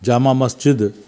Jama Masjid